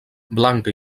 blanca